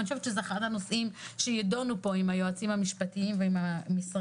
אני חושבת שזה אחד הנושאים שיידונו פה עם היועצים המשפטיים ועם המשרד.